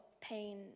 pain